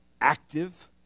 active